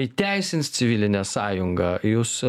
įteisins civilinę sąjungą jūs